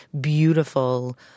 beautiful